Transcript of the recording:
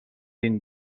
این